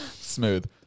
Smooth